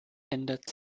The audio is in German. ändert